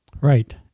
Right